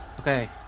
Okay